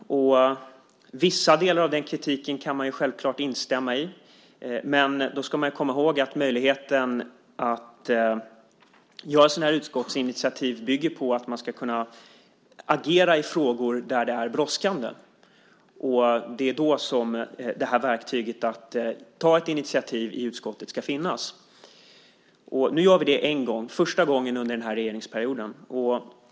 Vissa delar av den kritiken kan man självfallet instämma i. Men då ska man komma ihåg att möjligheten att göra sådana här utskottsinitiativ bygger på att man ska kunna agera i brådskande frågor. Det är då som verktyget att ta ett initiativ i utskottet ska finnas. Nu gör vi det en gång - första gången under regeringsperioden.